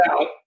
out